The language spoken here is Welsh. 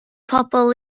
pobl